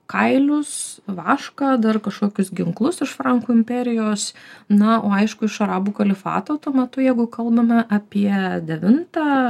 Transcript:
kailius vašką dar kažkokius ginklus iš frankų imperijos na o aišku iš arabų kalifato tuo metu jeigu kalbame apie devintą